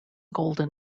golden